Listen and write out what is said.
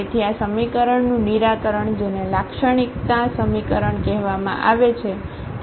તેથી આ સમીકરણનું નિરાકરણ જેને લાક્ષણિકતા સમીકરણ કહેવામાં આવે છે